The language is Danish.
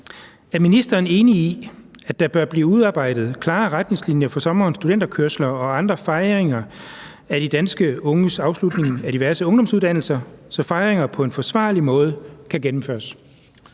Er ministeren enig i, at der bør blive udarbejdet klare retningslinjer for sommerens studenterkørsler og andre fejringer af de danske unges afslutning af diverse ungdomsuddannelser, så fejringer på en forsvarlig måde kan gennemføres?